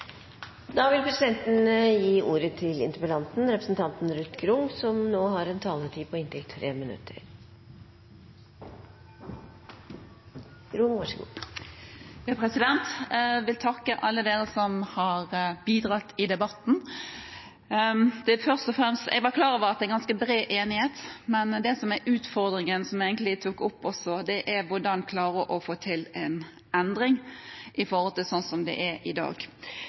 Jeg vil takke alle som har bidratt i debatten. Jeg var klar over at det er ganske bred enighet, men det som er utfordringen – som jeg egentlig også tok opp – er hvordan en skal klare å få til en endring fra hvordan det er i dag. Når det gjelder primærhelsemeldingen, er